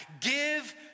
Give